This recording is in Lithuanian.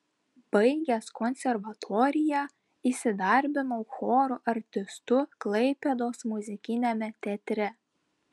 baigęs konservatoriją įsidarbinau choro artistu klaipėdos muzikiniame teatre